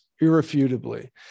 irrefutably